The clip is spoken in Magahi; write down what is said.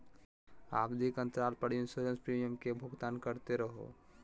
आवधिक अंतराल पर इंसोरेंस प्रीमियम के भुगतान करते रहो